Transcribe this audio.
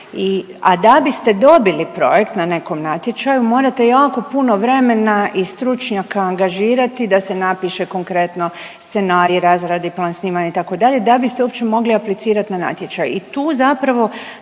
A da biste dobili projekt na nekom natječaju morate jako puno vremena i stručnjaka angažirati da se napiše konkretno scenarij, razradi plan snimanja itd. da biste uopće mogli aplicirati na natječaj.